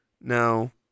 No